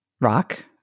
rock